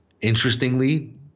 Interestingly